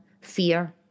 fear